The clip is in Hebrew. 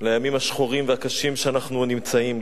לימים השחורים והקשים שאנחנו נמצאים בהם.